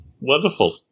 Wonderful